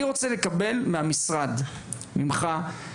אני רוצה לקבל מהמשרד, ממך,